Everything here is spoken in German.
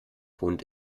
wohnt